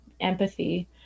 empathy